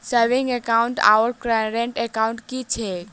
Saving account आओर current account की छैक?